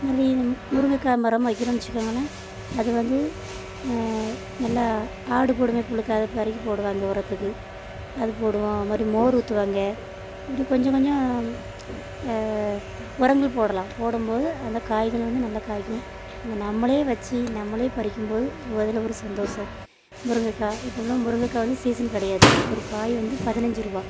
அது மாதிரி இது முருங்கைக்கா மரம் வைக்கிறோன்னு வைச்சிக்கோங்களேன் அது வந்து நல்லா ஆடு போடுமே புலுக்கை அதை பொறிக்கி போடுவாங்க உரத்துக்கு அது போடுவோம் அது மாதிரி மோர் ஊற்றுவாங்க இப்படி கொஞ்சம் கொஞ்சம் உரங்கள் போடலாம் போடும்போது அந்த காய்கள் வந்து நல்லா காய்க்கும் அதை நம்மளே வைச்சி நம்மளே பறிக்கும்போது அதில் ஒரு சந்தோசம் முருங்கைக்கா இப்போ உள்ள முருங்கைக்கா வந்து சீசன் கிடையாது ஒரு காய் வந்து பதினைஞ்சி ரூபா